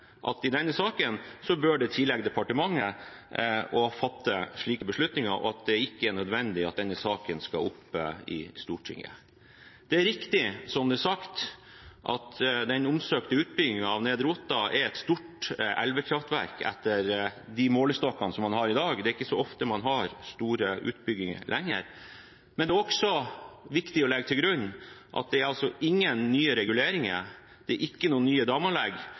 at i denne saken bør det tilligge departementet å fatte slike beslutninger, og at det ikke er nødvendig at denne saken skal opp i Stortinget. Det er riktig, som det er sagt, at den omsøkte utbyggingen av Nedre Otta kraftverk etter dagens målestokk er et stort elvekraftverk – det er ikke så ofte man har store utbygginger lenger Men det er også viktig å legge til grunn at det er ingen nye reguleringer, det er ingen nye damanlegg,